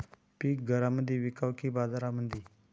पीक घरामंदी विकावं की बाजारामंदी?